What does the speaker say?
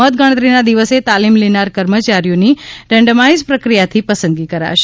મતગણતરી ના દિવસે તાલીમ લેનાર કર્મચારીઓની રેન્ડમાઇજ પ્રક્રિયાથી પસંદગી કરાશે